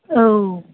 औ